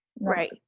right